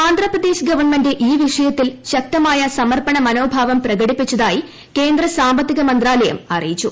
Andhra Pradesh government ഈ വിഷയത്തിൽ ശക്തമായ സമർപ്പണ മനോഭാവം പ്രകടിപ്പിച്ചതായി കേന്ദ്ര ധനകാര്യ മന്ത്രാലയം അറിയിച്ചു